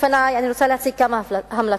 רוצה להציג כמה המלצות.